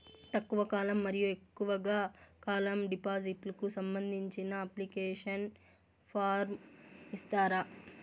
తక్కువ కాలం మరియు ఎక్కువగా కాలం డిపాజిట్లు కు సంబంధించిన అప్లికేషన్ ఫార్మ్ ఇస్తారా?